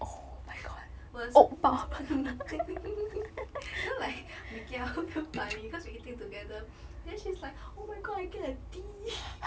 我的是 you know like mikhail damn funny because we eating together then she's like oh my god I get a D